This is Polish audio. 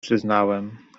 przyznałem